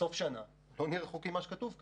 שבסוף השנה לא נהיה רחוקים ממה שכתוב כאן.